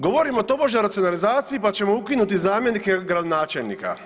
Govorimo tobože o racionalizaciji pa ćemo ukinuti zamjenike gradonačelnika.